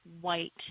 white